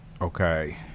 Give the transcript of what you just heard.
Okay